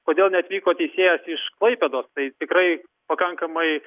kodėl neatvyko teisėjas iš klaipėdos tai tikrai pakankamai